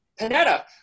Panetta